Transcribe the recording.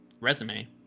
resume